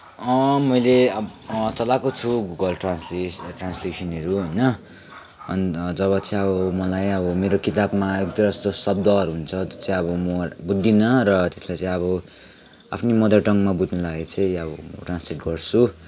a मैले चलाएको छु गुगल ट्रान्सलेट ट्रान्सलेसनहरू होइन अन्त जब चाहिँ अब मलाई अब मेरो किताबमा एक दुईवटा यस्ता शब्दहरू हुन्छ त्यो चीहिँ अब म बुझ्दिनँ त्यसलाई चाहिँ अब आफ्नै मदर टङ्गमा बुझ्नलाई चाहिँ अब ट्रान्सलेट गर्छु